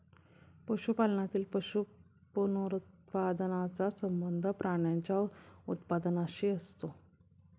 पशुपालनातील पशु पुनरुत्पादनाचा संबंध प्राण्यांच्या उत्पादनाशी असतो